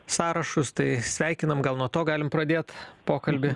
sąrašus tai sveikinam gal nuo to galim pradėt pokalbį